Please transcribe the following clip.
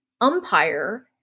umpire